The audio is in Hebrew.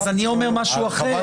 אז אני אומר משהו אחר.